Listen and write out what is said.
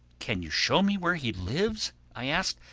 can you show me where he lives? i asked.